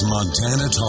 Montana